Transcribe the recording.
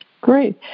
Great